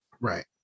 Right